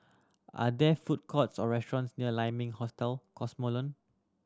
are there food courts or restaurants near Lai Ming Hostel Cosmoland